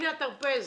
הנה הטרפז.